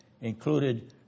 included